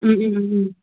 ꯎꯝ ꯎꯝ ꯎꯝ ꯎꯝ